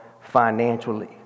financially